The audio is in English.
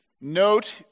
Note